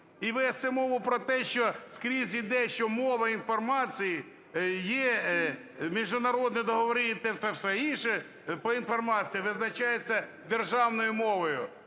і вести мову про те, що скрізь іде, що мова інформації є міжнародні договори, і те все інше по інформації визначається державною мовою.